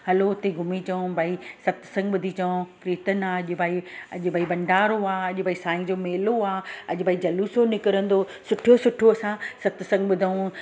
हलो हुते घुमी अचूं भाई सतसंगु ॿुधी अचऊं कीर्तनु आहे अॼु भाई अॼु भई भंडारो आहे अॼु भई साईं जो मेलो आहे अॼु भई जुलूसो निकिरंदो सुठो सुठो असां सतसंगु ॿुधूं